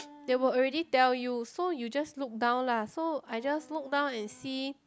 they will already tell you so you just look down lah so I just look down and see